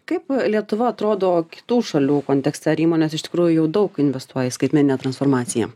kaip lietuva atrodo kitų šalių kontekste įmonės iš tikrųjų daug investuoja į skaitmeninę transformaciją